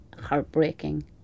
heartbreaking